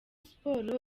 sports